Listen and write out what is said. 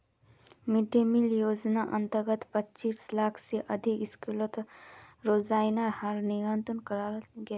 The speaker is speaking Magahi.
मिड डे मिल योज्नार अंतर्गत पच्चीस लाख से अधिक स्कूलोत रोसोइया लार नियुक्ति कराल गेल